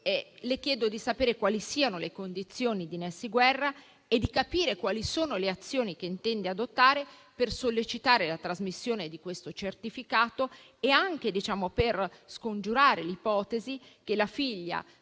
pertanto di sapere quali siano le condizioni di Nessy Guerra e di capire quali sono le azioni che intende adottare per sollecitare la trasmissione di questo certificato e scongiurare l'ipotesi che la figlia